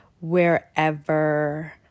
wherever